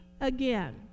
again